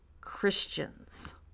Christians